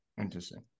Interesting